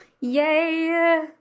Yay